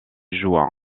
jouent